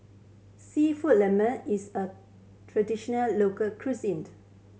Seafood is a traditional local cuisine